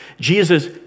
Jesus